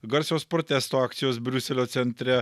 garsios protesto akcijos briuselio centre